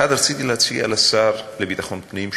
1. רציתי להציע לשר לביטחון הפנים,